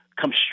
come